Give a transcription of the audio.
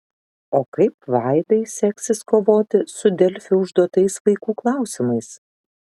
o kaip vaidai seksis kovoti su delfi užduotais vaikų klausimais